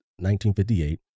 1958